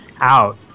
out